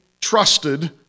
trusted